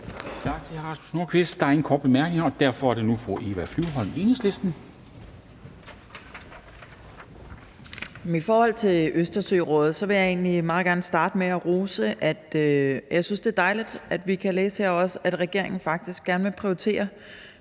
Tak til hr. Rasmus Nordqvist. Der er ingen korte bemærkninger, og derfor er det nu fru Eva Flyvholm, Enhedslisten. Kl. 12:23 (Ordfører) Eva Flyvholm (EL): I forhold til Østersørådet vil jeg egentlig meget gerne starte med at rose. Jeg synes, det er dejligt, at vi kan læse her, at regeringen faktisk gerne vil prioritere